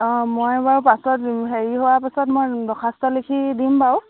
অ' মই বাৰু পাছত হেৰি হোৱা পাছত মই দৰ্খাস্ত লিখি দিম বাৰু